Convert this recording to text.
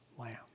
lamb